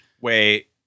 Wait